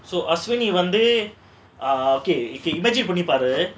so Ashwini வந்து:aswhini vandhu one ah day okay you can imagine பண்ணிப்பாரு:panniruppaaru